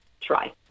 try